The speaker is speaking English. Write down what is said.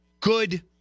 good